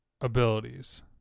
abilities